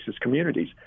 communities